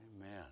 Amen